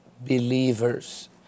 believers